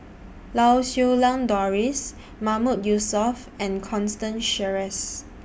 Lau Siew Lang Doris Mahmood Yusof and Constance Sheares